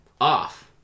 off